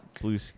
Blue